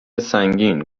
سنگین